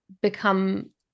become